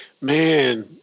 man